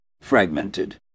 Fragmented